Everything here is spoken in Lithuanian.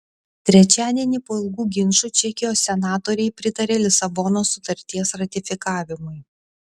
trečiadienį po ilgų ginčų čekijos senatoriai pritarė lisabonos sutarties ratifikavimui